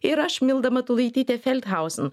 ir aš milda matulaitytė feldhausen